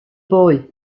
boy